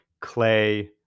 clay